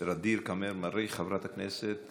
חברת הכנסת